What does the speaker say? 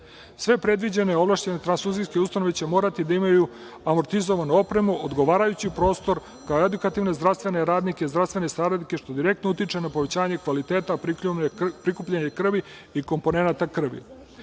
Sve predviđene i ovlašćene tranfuzijske ustanove će morati da imaju amortizovanu opremu, odgovarajući prostor, kao i edukativne zdravstvene radnike i saradnike, što direktno utiče na poboljšanje kvaliteta prikupljanja krvi i komponenata